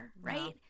right